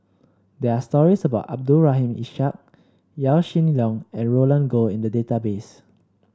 there are stories about Abdul Rahim Ishak Yaw Shin Leong and Roland Goh in the database